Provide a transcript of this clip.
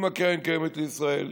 עם קרן קיימת לישראל,